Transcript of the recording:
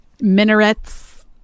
Minarets